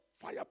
fire